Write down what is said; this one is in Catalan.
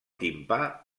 timpà